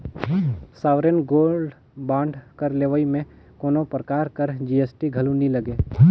sovereign gold bond कर लेवई में कोनो परकार कर जी.एस.टी घलो नी लगे